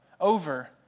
over